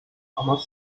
thomas